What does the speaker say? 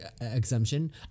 exemption